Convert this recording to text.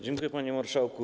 Dziękuję, panie marszałku.